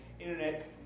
internet